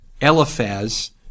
Eliphaz